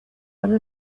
one